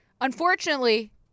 unfortunately